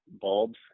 bulbs